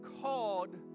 called